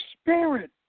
spirit